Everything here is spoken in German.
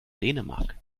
dänemark